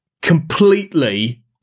completely